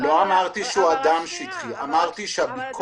--- לא אמרתי שהוא אדם שטחי,